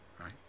right